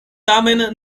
tamen